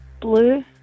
Blue